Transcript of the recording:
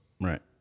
Right